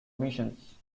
missions